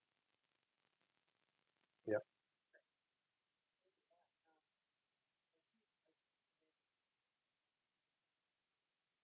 yup